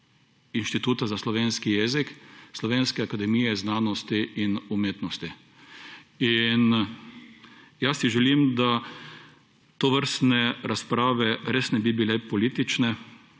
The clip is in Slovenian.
Inštituta za slovenski jezik Slovenske akademije znanosti in umetnosti. In jaz si želim, da tovrstne razprave res ne bi bile politične,